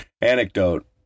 anecdote